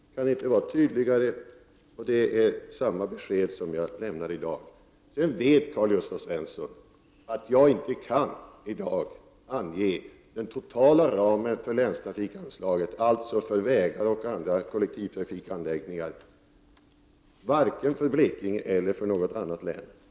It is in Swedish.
Det kan inte vara tydligare och det är samma besked som jag lämnar i dag. Sedan vet Karl-Gösta Svenson att jag i dag inte kan ange den totala ramen för länstrafikanslaget, dvs. för vägar och andra kollektivtrafikanläggningar, vare sig för Blekinge län eller för något annat län.